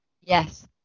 yes